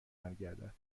برگردد